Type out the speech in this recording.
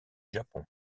japon